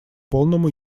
полному